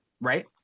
right